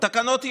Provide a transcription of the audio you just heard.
תקנות יו"ש,